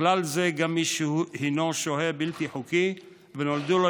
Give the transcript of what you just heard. בכלל זה גם מי שהינו שוהה בלתי חוקי ונולדו לו